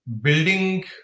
building